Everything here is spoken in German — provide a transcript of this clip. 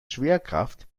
schwerkraft